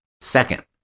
Second